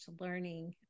learning